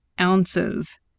ounces